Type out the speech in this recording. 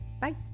Bye